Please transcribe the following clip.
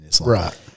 Right